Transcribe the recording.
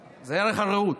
וזה ערך הרעות.